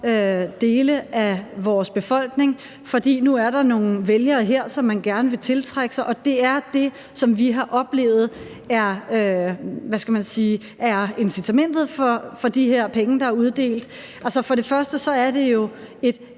dele af vores befolkning, fordi der nu er nogle vælgere her, som man gerne vil tiltrække. Det er det, vi har oplevet er incitamentet for at uddele de her penge, der er uddelt. For det første er det jo et